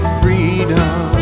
freedom